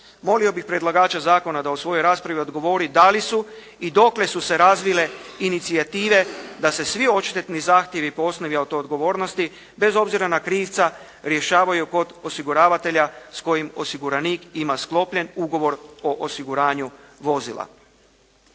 Molio bih predlagača zakona da u svojoj raspravi odgovori da li su i dokle su se razvile inicijative da se svi odštetni zahtjevi po osnovi autoodgovornosti bez obzira na krivca rješavaju kod osiguravatelja s kojim osiguranik ima sklopljen ugovor o osiguranju vozila.